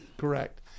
Correct